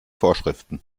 vorschriften